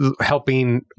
helping